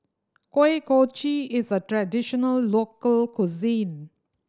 Kuih Kochi is a traditional local cuisine